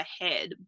ahead